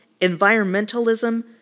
environmentalism